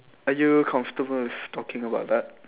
are you comfortable with talking about that